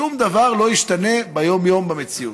שום דבר לא ישתנה ביום-יום, במציאות.